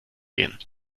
gehen